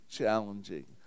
challenging